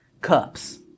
cups